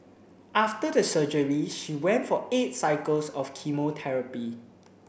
after the surgery she went for eight cycles of chemotherapy